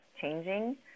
changing